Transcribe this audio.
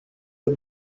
you